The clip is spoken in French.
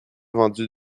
vendu